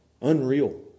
Unreal